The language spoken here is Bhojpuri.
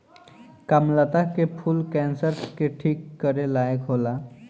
कामलता के फूल कैंसर के ठीक करे लायक होला